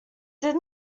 did